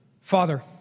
Father